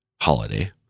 holiday